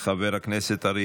חבר הכנסת עמית הלוי,